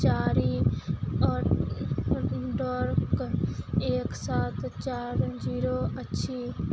चारि अडर्क एक सात चारि जीरो अछि